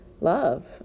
love